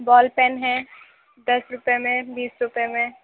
بال pen ہے دس روپے میں بیس روپے میں